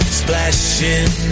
splashing